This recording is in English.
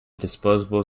disposable